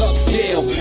Upscale